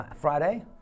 Friday